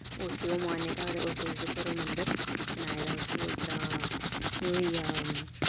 उसदी ओह् मानता ते उस बेस उप्पर ओह् मंदर बनाए दा उत्थै ते उप्परा एह् होई गेआ